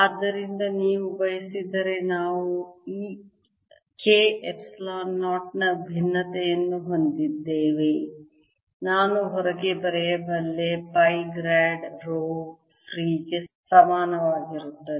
ಆದ್ದರಿಂದ ನೀವು ಬಯಸಿದರೆ ನಾವು K ಎಪ್ಸಿಲಾನ್ 0 ನ ಭಿನ್ನತೆಯನ್ನು ಹೊಂದಿದ್ದೇವೆ ನಾನು ಹೊರಗೆ ಬರೆಯಬಲ್ಲೆ ಪೈ ಗ್ರಾಡ್ ರೋ ಫ್ರೀ ಗೆ ಸಮಾನವಾಗಿರುತ್ತದೆ